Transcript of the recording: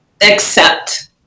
accept